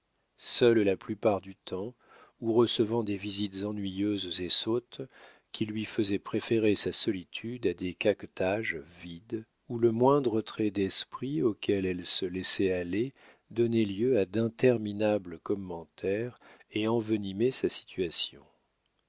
seule la plupart du temps ou recevant des visites ennuyeuses et sottes qui lui faisaient préférer sa solitude à des caquetages vides où le moindre trait d'esprit auquel elle se laissait aller donnait lieu à d'interminables commentaires et envenimait sa situation